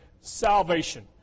salvation